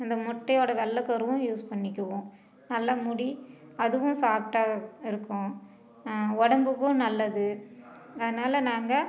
அந்த முட்டையோட வெள்ளைக் கருவும் யூஸ் பண்ணிக்குவோம் நல்லா முடி அதுவும் சாஃப்டாக இருக்கும் உடம்புக்கும் நல்லது அதனால நாங்கள்